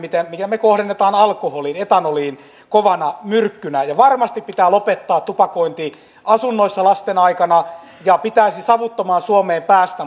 mitä me kohdennamme alkoholiin etanoliin kovana myrkkynä varmasti pitää lopettaa tupakointi asunnoissa lasten aikana ja pitäisi savuttomaan suomeen päästä